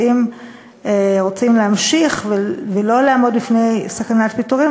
ואם רוצים להמשיך ולא לעמוד בפני סכנת פיטורים,